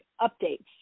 updates